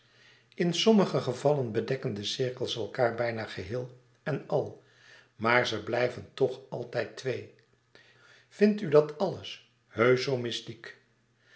in sommige gevallen bedekken de cirkels elkaâr bijna geheel en al maar ze blijven toch altijd twee vindt u dat alles heusch zoo mystiek